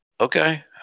okay